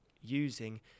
using